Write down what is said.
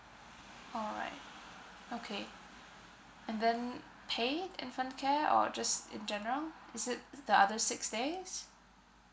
alright okay and then paid infant care or just in general is it the other six days